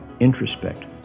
introspect